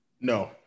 No